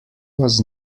was